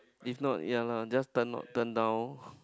if not ya lah just turn not turn down